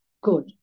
good